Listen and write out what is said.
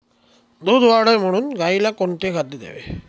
दूध वाढावे म्हणून गाईला कोणते खाद्य द्यावे?